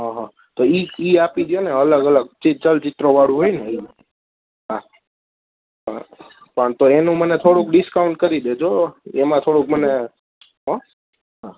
હં હં તો એ એ આપી દો ને અલગ અલગ જે ચલચિત્રોવાળું હોય ને એ હા હા વાંધો નહીં એનું મને થોડુંક ડિસ્કાઉન્ટ કરી દેજો એમાં થોડુંક મને હોં હા